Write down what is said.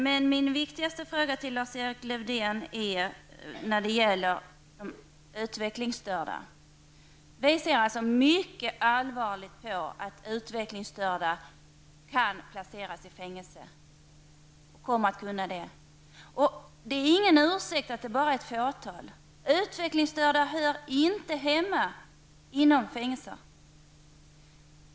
Men min viktigaste fråga till Lars-Erik Lövdén gäller de utvecklingsstörda. Vi ser alltså mycket allvarligt på att utvecklingsstörda kan placeras i fängelse. Att det bara gäller ett fåtal är ingen ursäkt. Utvecklingsstörda hör inte hemma inom fängelser.